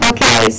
Okay